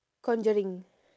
conjuring